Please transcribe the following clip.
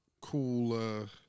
cool